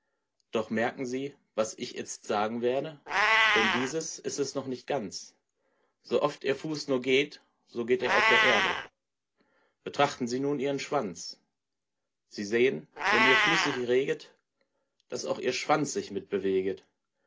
doch merken sie was ich itzt sagen werde denn dieses ist es noch nicht ganz sooft ihr fuß nur geht so geht er auf der erde betrachten sie nun ihren schwanz sie sehen wenn ihr fuß sich reget daß auch ihr schwanz sich mit beweget